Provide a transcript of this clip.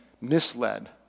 misled